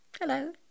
hello